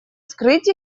скрыть